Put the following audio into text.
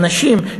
אנשים,